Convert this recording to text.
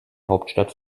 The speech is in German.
hauptstadt